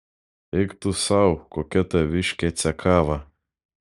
eik tu sau kokia taviškė cekava